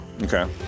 Okay